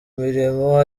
mirimo